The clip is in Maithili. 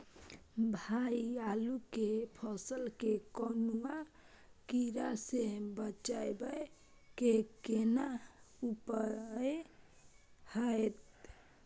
भाई आलू के फसल के कौनुआ कीरा से बचाबै के केना उपाय हैयत?